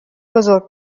بزرگ